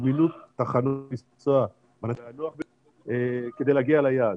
לזמינות תחנות כדי להגיע ליעד.